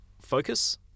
focus